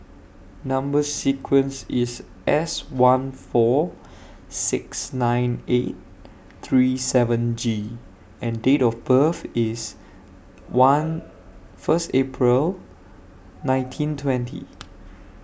Number sequence IS S one four six nine eight three seven G and Date of birth IS one First April nineteen twenty